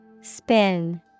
Spin